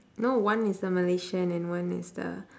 no one is a malaysian and one is the